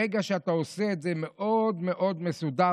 ברגע שאתה עושה את זה מאוד מאוד מסודר